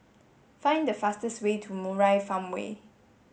find the fastest way to Murai Farmway